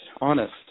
honest